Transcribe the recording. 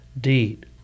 deed